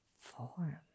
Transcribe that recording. form